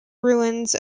ruins